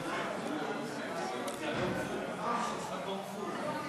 אנחנו סוגרים את